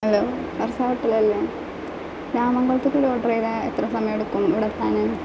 hello Arfa hotel അല്ലേ രാമൻകുളത്തേക്ക് ഒരു ഒഡറ് ചെയ്താൽ എത്ര സമയമെടുക്കും ഇവിടെ എത്താൻ